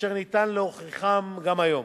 אשר ניתן להוכיחם גם היום,